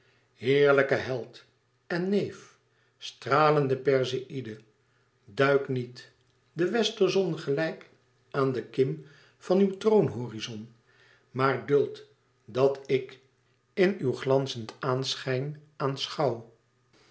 heerlijke held en neef stralende perseïde duik niet de westerzon gelijk aan de kim van uw troonhorizon maar duld dat ik in uw glanzend aanschijn aanschouw